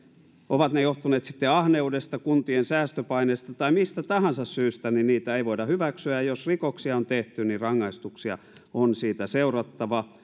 ovat ne johtuneet sitten ahneudesta kuntien säästöpaineista tai mistä tahansa syystä niin niitä ei voida hyväksyä ja jos rikoksia on tehty niin rangaistuksia on siitä seurattava